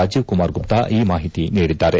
ರಾಜೀವ್ ಕುಮಾರ್ ಗುಪ್ತಾ ಈ ಮಾಹಿತಿ ನೀಡಿದ್ದಾರೆ